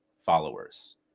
followers